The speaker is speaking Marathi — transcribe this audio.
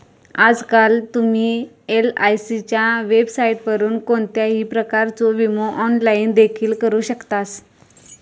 आजकाल तुम्ही एलआयसीच्या वेबसाइटवरून कोणत्याही प्रकारचो विमो ऑनलाइन देखील करू शकतास